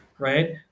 Right